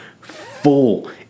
full